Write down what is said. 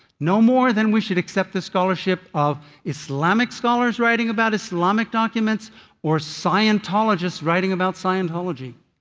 no more than we should accept the scholarship of islamic scholars writing about islamic documents or scientologists writing about scientology.